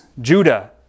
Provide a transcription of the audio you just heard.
Judah